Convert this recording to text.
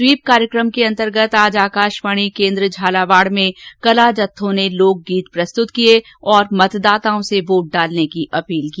SVEEP कार्यक्रम के अंतर्गत आज आकाशवाणी केन्द्र में कलाजत्थों ने लोकगीत प्रस्तृत किए और मतदाताओं से वोट डालने की अपील की